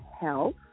health